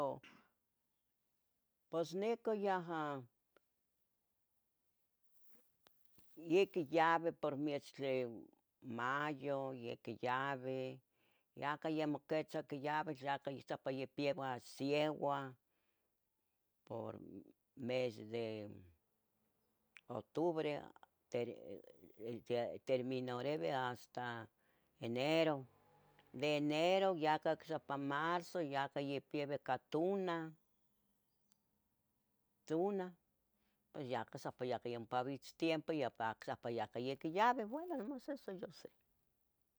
Oh, pos nico yajah ye quiyavi por metztli mayo yi quiyavi, ya que ya moquitza quiyavi tlaca ohsepa ya pieva sieua por mes de otubre ter- terminorivi hasta enero De enero ya ca osepa marzo yaca yi pievi ica tuna, tunah, pos yaca sepa yaca yompavitz tiempo ya pa ohsepa ya, ya quiyavi, bueno nada mas eso yo se